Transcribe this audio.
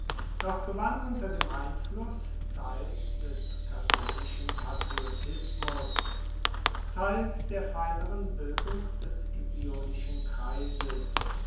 doch gewann unter dem einfluß teils des catonischen patriotismus teils der feineren bildung des scipionischen kreises